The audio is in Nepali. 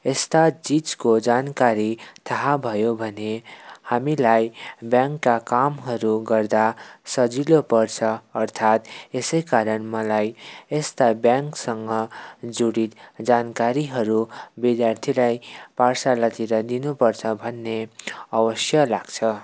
यस्ता चिजको जानकारी थाहा भयो भने हामीलाई ब्याङ्कका कामहरू गर्दा सजिलो पर्छ अर्थात् यसै कारण मलाई यस्ता ब्याङ्कसँग जडित जानकारीहरू विद्यार्थीलाई पाठशालातिर दिनु पर्छ भन्ने आवश्यक लाग्छ